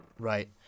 Right